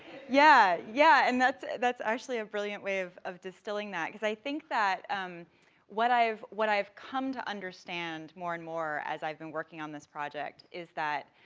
yeah, yeah, and that's, that's actually a brilliant way of of distilling that, cause i think that um what i've, what i've come to understand, more and more, as i've been working on this project, is that